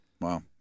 Wow